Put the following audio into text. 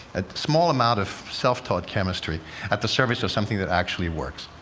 a small amount of self-taught chemistry at the service of something that actually works.